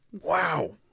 Wow